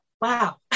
wow